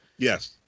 Yes